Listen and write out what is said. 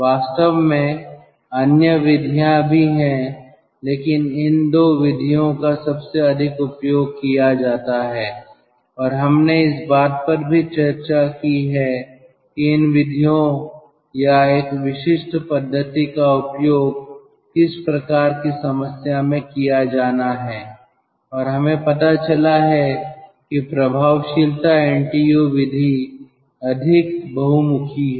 वास्तव में अन्य विधियां भी हैं लेकिन इन दो विधियों का सबसे अधिक उपयोग किया जाता है और हमने इस बात पर भी चर्चा की है कि इन विधियों या एक विशिष्ट पद्धति का उपयोग किस प्रकार की समस्या में किया जाना है और हमें पता चला है कि प्रभावशीलता एनटीयू विधि अधिक बहुमुखी है